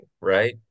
right